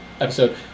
episode